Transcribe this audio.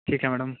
ਠੀਕ ਹੈ ਮੈਡਮ